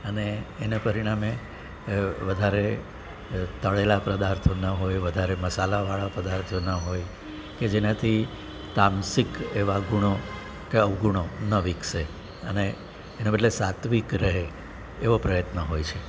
અને એના પરિણામે વધારે તળેલા પદાર્થો ન હોય વધારે મસાલાવાળા પદાર્થો ન હોય કે જેનાથી તામસિક એવા ગુણો કે અવગુણો ન વિકસે અને એના બદલે સાત્વિક રહે એવો પ્રયત્ન હોય છે